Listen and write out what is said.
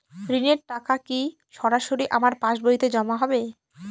ঋণের টাকা কি সরাসরি আমার পাসবইতে জমা হবে?